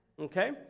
Okay